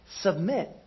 submit